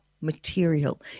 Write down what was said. material